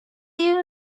you